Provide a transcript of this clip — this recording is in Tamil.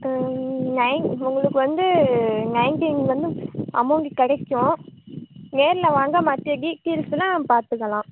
நைன் உங்களுக்கு வந்து நைன்டீன் வந்து அமௌண்ட் கிடைக்கும் நேரில் வாங்க மற்ற டீட்டைல்ஸெல்லாம் பார்த்துக்கலாம்